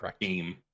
game